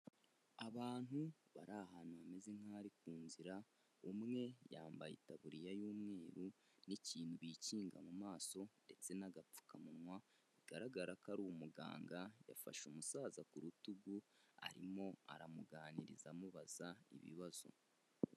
Abantu bari ahantu hameze nkaho ari ku nzira, umwe yambaye itabuririya y'umweru, n'ikintu bikinga mu maso ndetse n'agapfukamunwa, bigaragara ko ari umuganga, yafashe umusaza ku rutugu, arimo aramuganiriza amubaza ibibazo.